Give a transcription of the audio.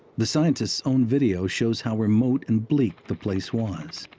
the scientist's own video shows how remote and bleak the place was.